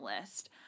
list